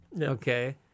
okay